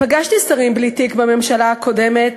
פגשתי שרים בלי תיק בממשלה הקודמת